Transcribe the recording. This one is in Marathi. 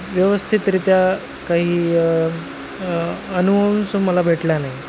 व्यवस्थितरित्या काही अनुस मला भेटला नाही